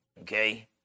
okay